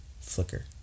flicker